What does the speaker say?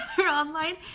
online